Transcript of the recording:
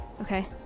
Okay